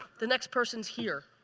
the next person's here.